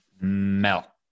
Mel